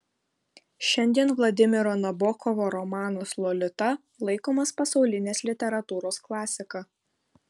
šiandien vladimiro nabokovo romanas lolita laikomas pasaulinės literatūros klasika